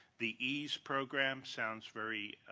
the ease program sounds very